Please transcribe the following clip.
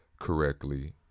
correctly